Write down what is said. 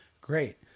Great